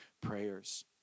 prayers